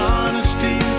honesty